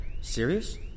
Serious